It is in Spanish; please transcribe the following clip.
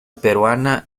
peruana